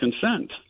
consent